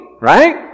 right